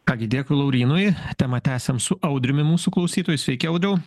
ką gi dėkui laurynui temą tęsiam su audriumi mūsų klausytoju sveiki audriau